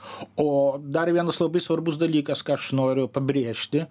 o dar vienas labai svarbus dalykas ką aš noriu pabrėžti